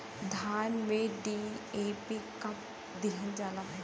धान में डी.ए.पी कब दिहल जाला?